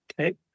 Okay